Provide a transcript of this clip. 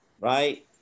right